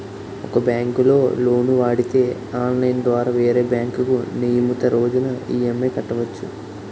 ఒక బ్యాంకులో లోను వాడితే ఆన్లైన్ ద్వారా వేరే బ్యాంకుకు నియమితు రోజున ఈ.ఎం.ఐ కట్టవచ్చు